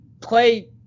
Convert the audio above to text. play